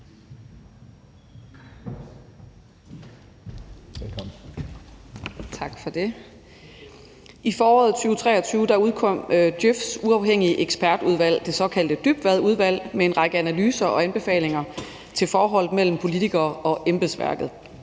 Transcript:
I foråret 2023 udkom Djøf's uafhængige ekspertudvalg, det såkaldte Dybvad-udvalg, med en række analyser og anbefalinger til forholdet mellem politikere og embedsværket.